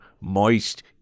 moist